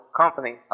company